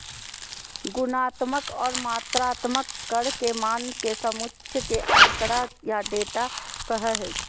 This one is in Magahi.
गुणात्मक और मात्रात्मक कर के मान के समुच्चय के आँकड़ा या डेटा कहो हइ